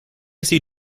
see